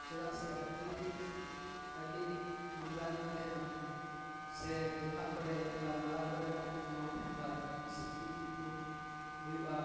ᱪᱮᱫᱟᱜ ᱥᱮ ᱟᱵᱚ ᱡᱩᱫᱤ ᱟᱹᱰᱤ ᱱᱚᱝᱨᱟ ᱜᱮᱵᱚᱱ ᱛᱟᱦᱮᱱᱟ ᱥᱮ ᱰᱚᱵᱷᱟᱜ ᱠᱚᱨᱮ ᱵᱟ ᱱᱟᱞᱟ ᱠᱚᱨᱮ ᱫᱟᱜ ᱠᱚ ᱡᱚᱢᱟᱣ ᱛᱟᱦᱮᱱ ᱠᱷᱟᱱ ᱥᱤᱠᱲᱤᱡ ᱠᱚᱠᱚ ᱦᱩᱭᱩᱜᱼᱟ